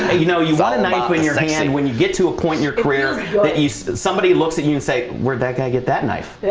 ah you know you've got a knife in your hand when you get to a point your career the east somebody looks at you you say where'd that guy get that knife.